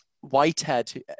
Whitehead